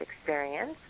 experience